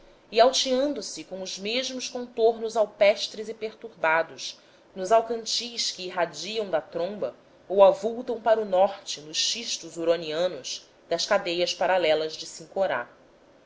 e alteando se com os mesmos contornos alpestres e perturbados nos alcantis que irradiam da tromba ou avultam para o norte nos xistos huronianos das cadeias paralelas de sincorá